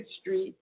Street